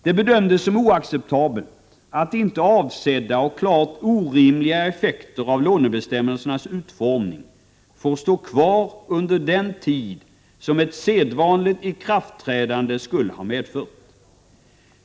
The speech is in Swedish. Det bedömdes som oacceptabelt att inte avsedda och klart orimliga effekter av lånebestämmelsernas utformning får stå kvar under den tid som ett sedvanligt ikraftträdande skulle ha medfört.